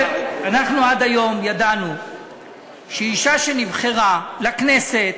אנחנו עד היום ידענו שאישה שנבחרה לכנסת